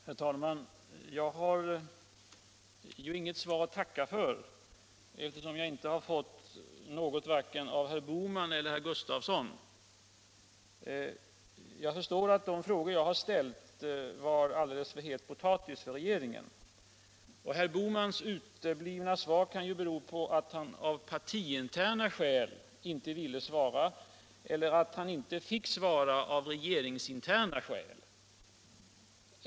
Herr talman! Jag har inget svar att tacka för, eftersom jag inte har fått något, varken av herr Bohman eller av herr Gustavsson. — Jag förstår att de frågor jag har ställt var en alldeles för het potatis för regeringen. Herr Bohmans uteblivna svar kan ju bero på att han av partiinterna skäl inte ville svara eller att han inte fick svara av regeringsinterna skäl.